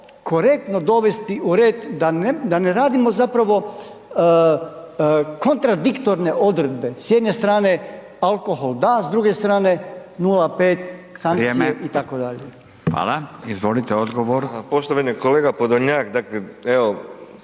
korektno dovesti u red da ne radimo zapravo kontradiktorne odredbe. S jedne strane alkohol da, s druge strane 0,5, sankcije itd. **Radin, Furio (Nezavisni)** Vrijeme.